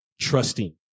trusting